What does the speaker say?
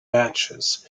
matches